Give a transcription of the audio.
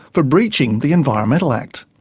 for breaching the environmental act.